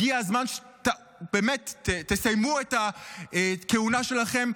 הגיע הזמן שבאמת תסיימו את הכהונה שלכם,